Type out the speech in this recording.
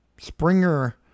Springer